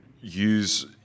use